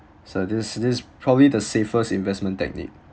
so this this probably the safest investment technique